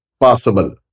possible